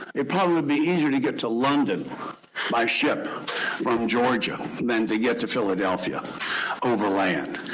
it probably be easier to get to london by ship from georgia than to get to philadelphia over land.